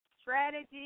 strategy